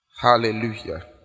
Hallelujah